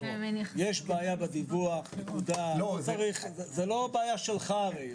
יש בעיה בדיווח, היא לא שלך.